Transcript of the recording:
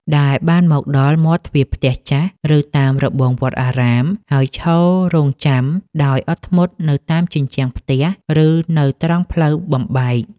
ដែលបានមកដល់មាត់ទ្វារផ្ទះចាស់ ឬតាមរបងវត្តអារាម ហើយឈររង់ចាំដោយអត់ធ្មត់នៅតាមជញ្ជាំងផ្ទះ ឬនៅត្រង់ផ្លូវបំបែក។